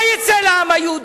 אני לא מאמין.